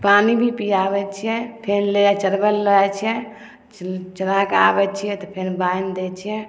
पानी भी पिआबै छिए फेन ले जाइ चरबैलए लऽ जाइ छिए चराकऽ आबै छिए तऽ फेन बान्हि दै छिए